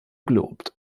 gelobt